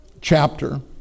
chapter